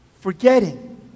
forgetting